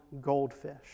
goldfish